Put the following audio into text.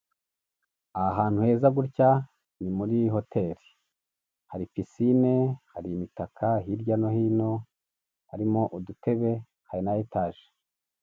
Aha hantu heza gutya ni muri iyi hoteri hari pisine, hari imitaka, hirya no hino harimo udutebe hari na etaje.